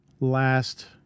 last